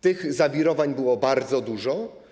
Tych zawirowań było bardzo dużo.